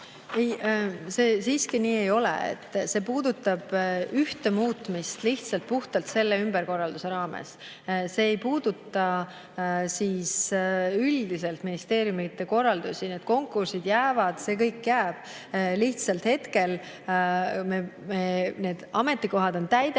see siiski nii ei ole. See puudutab ühte muutmist lihtsalt puhtalt selle ümberkorralduse raames. See ei puuduta üldiselt ministeeriume. Need konkursid jäävad, see kõik jääb. Lihtsalt hetkel need ametikohad on täidetud